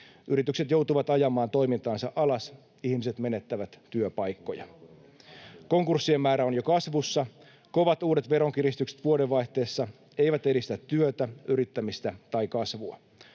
Yritykset joutuvat ajamaan toimintaansa alas. Ihmiset menettävät työpaikkoja. Konkurssien määrä on jo kasvussa. Kovat uudet veronkiristykset vuodenvaihteessa eivät edistä työtä, yrittämistä tai kasvua.